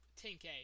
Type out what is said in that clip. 10k